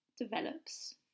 develops